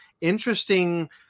interesting